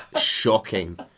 shocking